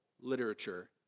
literature